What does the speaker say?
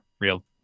real